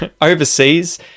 overseas